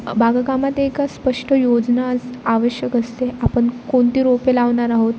बागकामात एका स्पष्ट योजना अस् आवश्यक असते आपण कोणती रोपे लावणार आहोत